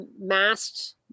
masked